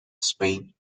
spain